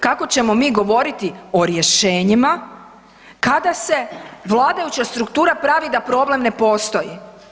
Kako ćemo mi govoriti o rješenjima kada se vladajuća struktura pravi da problem ne postoji.